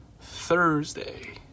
Thursday